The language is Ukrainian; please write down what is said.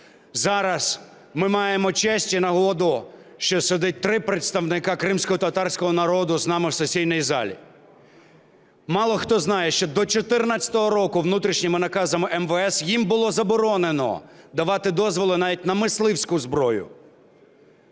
зараз ми маємо честь і нагоду, що сидить три представника кримськотатарського народу з нами в сесійній залі. Мало хто знає, що до 2014 року внутрішніми наказами МВС їм було заборонено давати дозволи навіть на мисливську зброю.